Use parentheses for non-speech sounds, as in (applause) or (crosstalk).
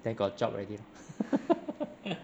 then got job already lor (laughs)